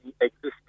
existing